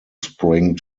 spring